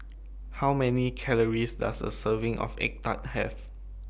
How Many Calories Does A Serving of Egg Tart Have